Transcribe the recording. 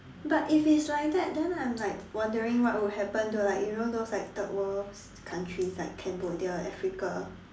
but if it's like that then I'm like wondering what will happen to like you know those like third world countries like Cambodia Africa